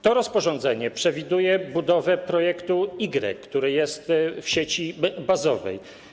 To rozporządzenie przewiduje budowę projektu Y, który jest w sieci bazowej.